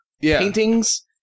paintings